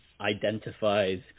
identifies